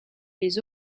les